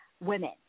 women